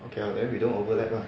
okay lah then we don't overlap lah